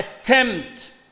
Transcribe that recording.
attempt